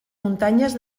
muntanyes